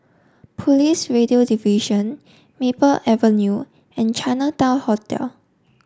police Radio Division Maple Avenue and Chinatown Hotel